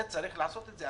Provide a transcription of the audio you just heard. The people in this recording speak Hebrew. צריך לעשות את זה.